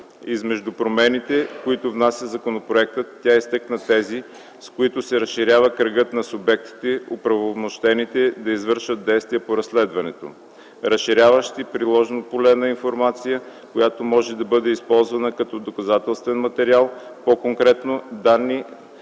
Измежду промените, които внася законопроектът, тя изтъкна тези, с които се разширява кръгът на субектите, оправомощени да извършват действия по разследването, разширяващи приложното поле на информацията, която може да бъде използвана като доказателствен материал, по-конкретно данните,